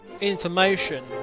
information